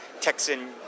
Texan